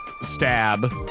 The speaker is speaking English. Stab